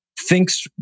thinks